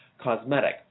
cosmetic